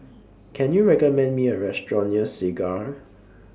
Can YOU recommend Me A Restaurant near Segar